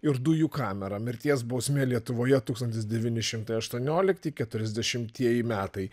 ir dujų kamera mirties bausmė lietuvoje tūkstantis devyni šimtai aštuoniolikti keturiasdešimtieji metai